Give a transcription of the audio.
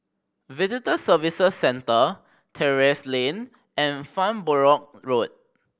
Visitor Services Centre Terrasse Lane and Farnborough Road